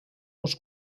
uns